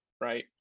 right